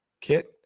kit